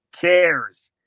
cares